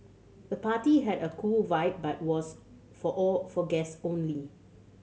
the party had a cool vibe but was for all for guests only